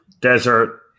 Desert